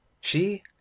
She